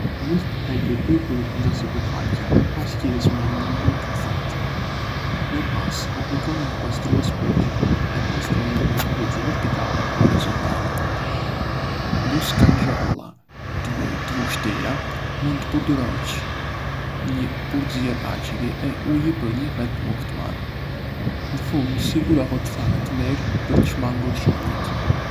Nisë të hequr pluhurin nga sipërfaqja e pasqyrës me një leckë të thatë. Më pas, aplikoni një pastrues për xhama e pastroje me lëvizje vertikale o horizontale. Ndëse ka njolla të vështira, mund të përdorësh një përzierje acidi e uji për një efekt më të madh. Ndë fund, sigurohu të thahet mirë për të shmangur shenjat.